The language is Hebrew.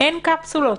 אין קפסולות,